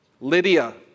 Lydia